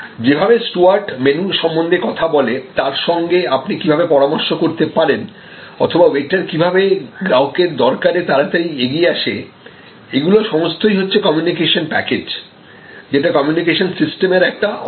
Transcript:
যেভাবে steward menu সম্বন্ধে কথা বলে তার সঙ্গে আপনি কিভাবে পরামর্শ করতে পারেন অথবা ওয়েটার কিভাবে গ্রাহকের দরকারে তাড়াতাড়ি এগিয়ে আসে এগুলো সমস্তই হচ্ছে কমিউনিকেশন প্যাকেজ যেটা কমিউনিকেশন সিস্টেমের একটা অংশ